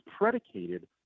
predicated